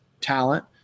talent